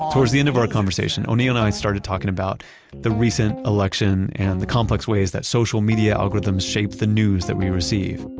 towards the end of our conversation, o'neil and i started talking about the recent election and the complex ways that social media algorithms shape the news that we receive.